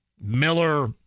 Miller